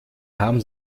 haben